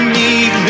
need